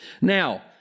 Now